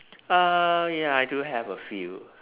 uh ya I do have a few